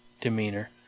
demeanor